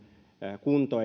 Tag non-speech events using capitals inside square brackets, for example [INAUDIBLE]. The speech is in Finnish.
kunto [UNINTELLIGIBLE]